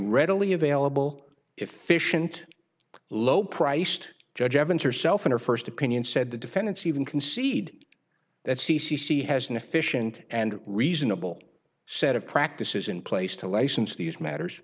readily available efficient low priced judge evans herself in her first opinion said the defendants even concede that c c c has an efficient and reasonable set of practices in place to license these matters